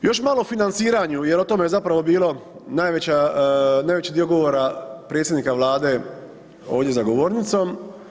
Još malo o financiranju jer o tome je zapravo bilo najveća, najveći dio govora predsjednika vlade ovdje za govornicom.